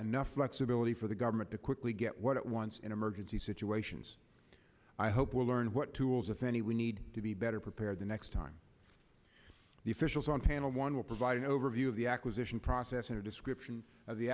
anough flexibility for the government to quickly get what it wants in emergency situations i hope we'll learn what tools if any we need to be better prepared the next time the officials on panel one will provide an overview of the acquisition process and a description of the